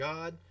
God